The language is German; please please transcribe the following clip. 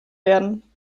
werden